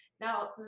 now